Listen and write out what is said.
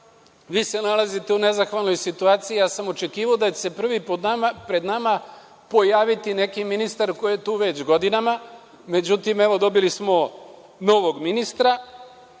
vi se nalazite u nezahvalnoj situaciji. Ja sam očekivao da će se prvi pred nama pojaviti neki ministar koji je tu već godinama. Međutim, evo dobili smo novog ministra